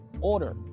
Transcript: order